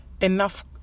enough